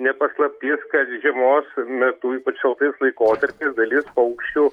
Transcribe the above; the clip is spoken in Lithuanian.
ne paslaptis kad žiemos metu ypač šaltais laikotarpiais dalis paukščių